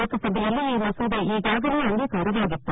ಲೋಕಸಭೆಯಲ್ಲಿ ಈ ಮಸೂದೆ ಈಗಾಗಲೇ ಅಂಗೀಕಾರವಾಗಿತ್ತು